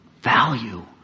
value